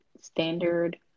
Standard